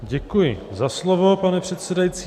Děkuji za slovo, pane předsedající.